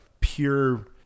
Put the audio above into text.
pure